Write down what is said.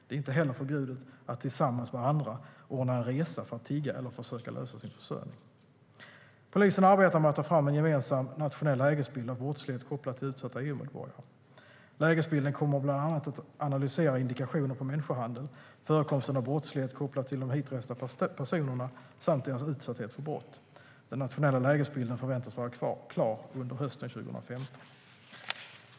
Det är inte heller förbjudet att tillsammans med andra ordna en resa för att tigga eller försöka lösa sin försörjning. Polisen arbetar med att ta fram en gemensam nationell lägesbild av brottslighet kopplad till utsatta EU-medborgare. Lägesbilden kommer bland annat att analysera indikationer på människohandel, förekomsten av brottslighet kopplad till de hitresta personerna samt deras utsatthet för brott. Den nationella lägesbilden förväntas vara klar under hösten 2015.